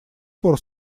пор